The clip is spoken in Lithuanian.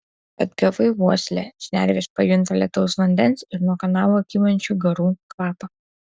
atgavai uoslę šnervės pajunta lietaus vandens ir nuo kanalo kylančių garų kvapą